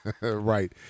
Right